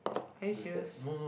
are you serious